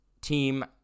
team